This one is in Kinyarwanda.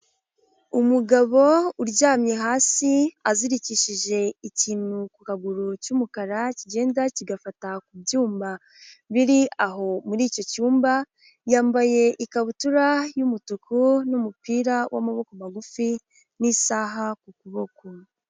Umugabo uryamye hasi azirikishije ikintu ku kaguru cy'umukara kigenda kigafata ku byuma biri aho muri icyo cyumba, yambaye ikabutura y'umutuku n'umupira w'amaboko magufi n'isaha ku kuboko.